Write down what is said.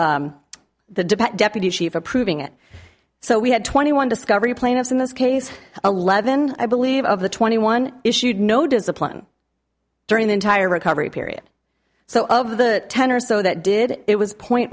the debate deputy chief approving it so we had twenty one discovery plaintiffs in this case eleven i believe of the twenty one issued no discipline during the entire recovery period so of the ten or so that did it was point